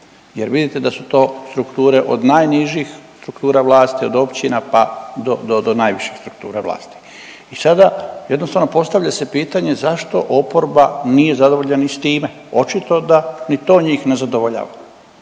jer vidite da su to strukture od najnižih struktura vlasti od općina pa do najviših struktura vlasti i sada jednostavno postavlja se pitanje zašto oporba nije zadovoljna ni s time, očito da ni to njih ne zadovoljava.